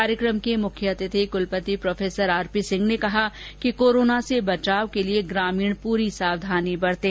कार्यक्रम के मुख्य अतिथि कलपति प्रो आरपी सिंह ने कहा कि कोरोना से बचाव के लिए ग्रामीण पूरी सावधानी बरतें